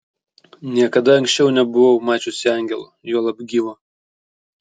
niekada anksčiau nebuvau mačiusi angelo juolab gyvo